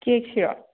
ꯀꯦꯛꯁꯤꯔꯣ